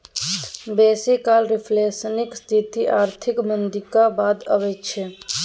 बेसी काल रिफ्लेशनक स्थिति आर्थिक मंदीक बाद अबै छै